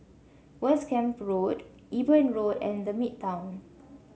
West Camp Road Eben Road and The Midtown